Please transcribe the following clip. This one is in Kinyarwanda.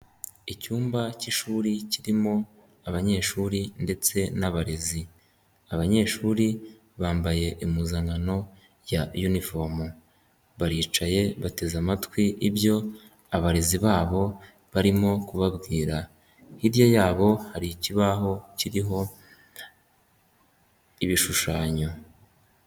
Icyumba cy'ishuri kirimo abanyeshuri ndetse n'abarezi abanyeshuri bambaye impuzankano ya unifomu baricaye bateze amatwi ibyo abarezi babo barimo kubabwira. Hirya yabo hari ikibaho kiriho ibishushanyo.